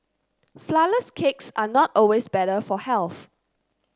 flourless cakes are not always better for health